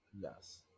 Yes